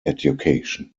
education